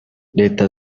leta